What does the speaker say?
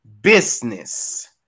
Business